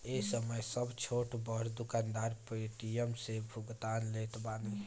ए समय सब छोट बड़ दुकानदार पेटीएम से भुगतान लेत बाने